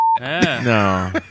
No